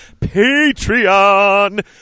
Patreon